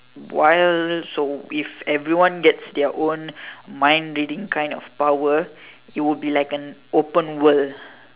while so if everyone gets their own mind reading kind of power it would be like an open world